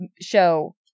show